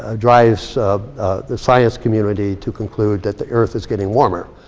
ah drives the science community to conclude that the earth is getting warmer.